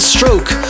Stroke